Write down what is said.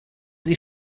sie